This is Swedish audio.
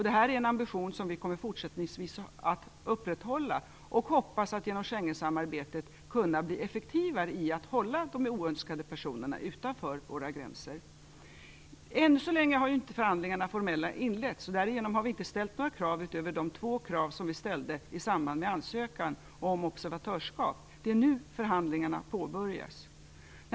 Det är en ambition som vi fortsättningsvis kommer att upprätthålla, och vi hoppas att genom Schengensamarbetet kunna bli effektivare på att hålla de oönskade personerna utanför våra gränser. Ännu så länge har inte de formella förhandlingarna inletts, och därigenom har vi inte ställt några krav utöver de två som vi ställde i samband med ansökan om observatörskap. Det är nu som förhandlingarna påbörjas.